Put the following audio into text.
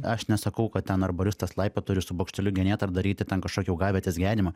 aš nesakau kad ten arboristas laipiot turi su bokšteliu genėt ar daryti ten kažkokį augavietės gerinimą